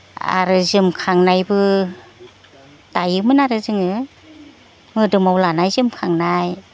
आरो जोमखांनायबो दायोमोन आरो जोङो मोदोमाव लानाय जोमखांनाय